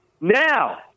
Now